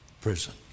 prison